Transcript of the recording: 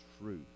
truth